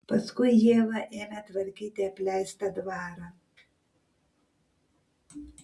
paskui ieva ėmė tvarkyti apleistą dvarą